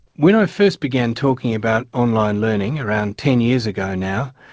when i first began talking about online learning around ten years ago now,